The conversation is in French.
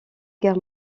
guerre